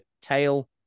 tail